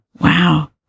Wow